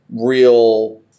real